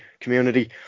community